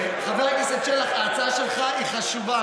חבר הכנסת שלח, ההצעה שלך היא חשובה.